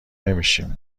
نمیشیم